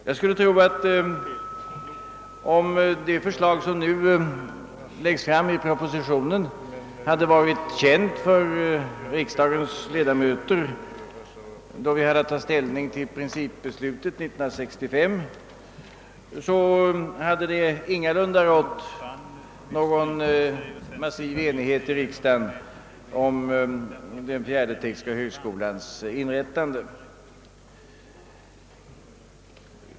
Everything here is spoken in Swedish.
Jag skulle tro att om det förslag som nu läggs fram i propositionen hade varit känt för riksdagens ledamöter, när vi hade att ta ställning till principbeslutet år 1965, hade det ingalunda rått någon massiv enighet i riksdagen om den fjärde tekniska högskolans inrättande.